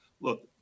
Look